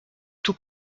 tout